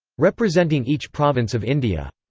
representing each province of india.